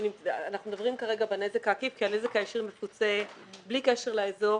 אנחנו דברים כרגע בנזק העקיף כי הנזק הישיר מפוצה בלי קשר לאזור